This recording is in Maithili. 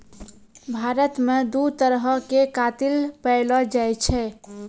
भारत मे दु तरहो के कातिल पैएलो जाय छै